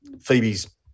Phoebe's